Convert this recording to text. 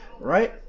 Right